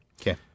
Okay